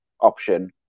option